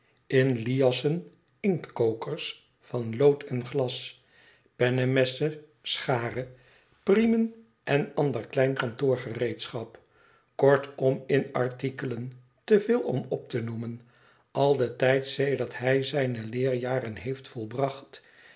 in liassen inktkokers van lood en glas pennem essen scharen priemen en ander klein kantoorgereedschap kortom in artikelen te veel om op te noemen al den tijd sedert hij zijne leerjaren heeft volbracht